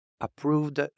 approved